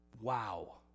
Wow